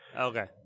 Okay